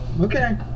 Okay